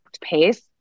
pace